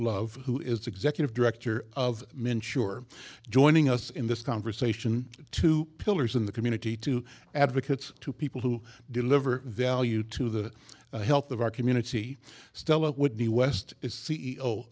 love who is executive director of men sure joining us in this conversation two pillars in the community two advocates two people who deliver value to the health of our community stella whitney west is c e o